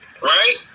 Right